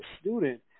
student